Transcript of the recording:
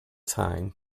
time